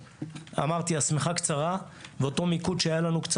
אמרתי שהשמיכה היא קצרה וקצת הוסטנו מאותו מיקוד שהיה לנו.